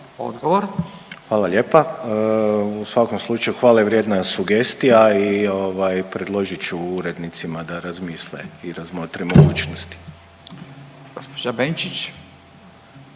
Robert** Hvala lijepa. U svakom slučaju hvale vrijedna sugestija i predložit ću urednicima da razmisle i razmotre mogućnosti.